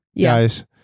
guys